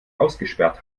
ausgesperrt